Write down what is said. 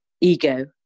ego